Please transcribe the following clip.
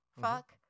fuck